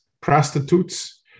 prostitutes